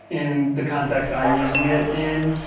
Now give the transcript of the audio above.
in the context i'm using it in,